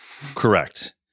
Correct